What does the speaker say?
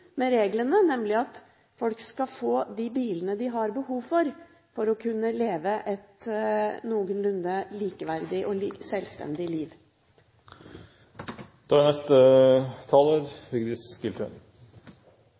med reglene, nemlig at folk skal få den bilen de har behov for, for å kunne leve et noenlunde likeverdig og selvstendig liv. Ting tar tid, det er